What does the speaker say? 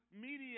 mediate